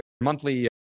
monthly